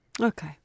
Okay